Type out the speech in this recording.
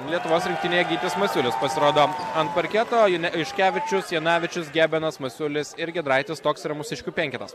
lietuvos rinktinė gytis masiulis pasirodo ant parketo june juškevičius jonavičius gebenas masiulis ir giedraitis toks yra mūsiškių penketas